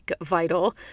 vital